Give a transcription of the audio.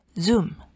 Zoom